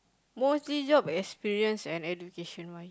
more seek job experience and education why